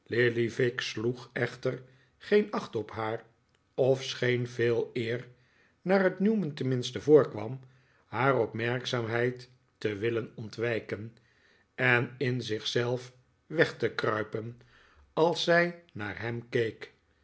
lillyvick sloeg echter geen acht op haar of scheen veeleer naar het newman tenminste voorkwam haar opmerkzaamheid te willen ontwijken en in zich zelf weg te kruipen als zij naar hem